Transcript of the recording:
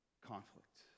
conflict